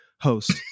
host